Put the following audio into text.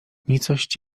nicość